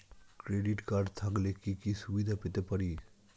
Credit card থাকলে কি কি সুবিধা পেতে পারি?